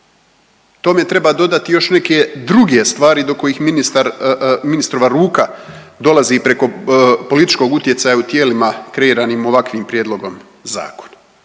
Tome treba dodati još neke druge stvari do kojih ministrova ruka dolazi preko političkog utjecaja u tijelima kreiranim ovakvim prijedlogom zakona.